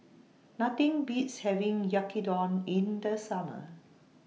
Nothing Beats having Yaki Don in The Summer